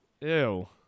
Ew